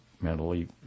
mentally